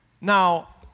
Now